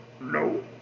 No